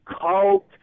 cult